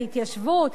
להתיישבות.